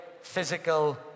physical